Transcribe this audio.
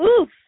Oof